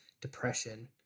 depression